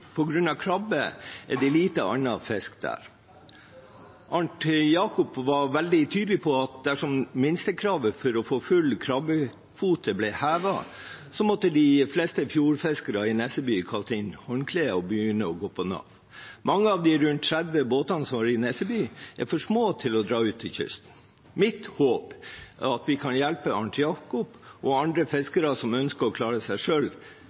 er det lite annet å fiske der. Arnt Jakob var veldig tydelig på at dersom minstekravet for å få full krabbekvote ble hevet, ville de fleste fjordfiskere i Nesseby måtte kaste inn håndkleet og begynne å gå på Nav. Mange av de rundt 30 båtene som er i Nesseby, er for små til å dra ut til kysten. Mitt håp er at vi kan hjelpe Arnt Jakob og andre fiskere som ønsker å klare seg